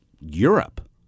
Europe